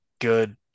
good